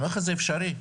זה אפשרי .